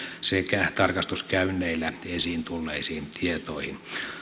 sekä tarkastuskäynneillä esiin tulleisiin tietoihin